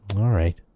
alright.